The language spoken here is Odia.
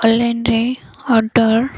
ଅଲଲାଇନ୍ରେ ଅର୍ଡ଼ର୍